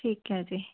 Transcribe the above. ਠੀਕ ਹੈ ਜੀ